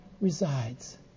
resides